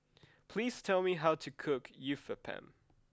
please tell me how to cook Uthapam